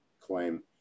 claim